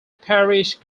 parish